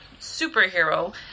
superhero